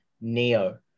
Neo